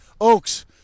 Oaks